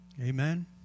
Amen